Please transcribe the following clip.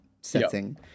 setting